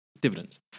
dividends